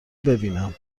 ببینم